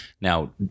now